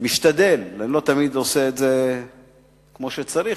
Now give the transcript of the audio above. משתדל, לא תמיד עושה את זה כמו שצריך,